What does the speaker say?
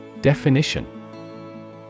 Definition